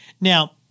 Now